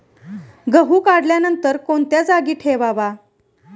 गहू काढल्यानंतर कोणत्या जागी ठेवावा?